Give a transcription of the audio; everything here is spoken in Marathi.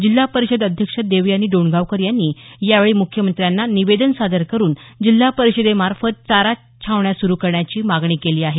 जिल्हा परिषद अध्यक्ष देवयानी डोणगांवकर यांनी यावेळी मुख्यमंत्र्यांना निवेदन सादर करून जिल्हा परिषदेमार्फत चारा छावण्या सुरू करण्याची मागणी केली आहे